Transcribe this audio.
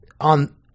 On